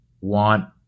want